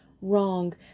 wrong